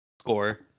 score